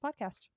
podcast